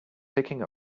picking